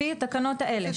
לפי התקנות האלה,